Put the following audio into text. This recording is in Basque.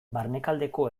barnealdeko